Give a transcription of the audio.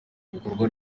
ibikorwa